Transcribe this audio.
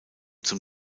zum